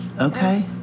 Okay